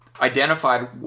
identified